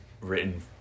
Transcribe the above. written